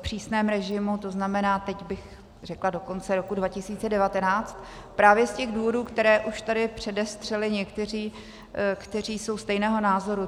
přísném režimu, to znamená, teď bych řekla do konce roku 2019, právě z těch důvodů, které už tady předestřeli někteří, kteří jsou stejného názoru.